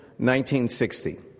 1960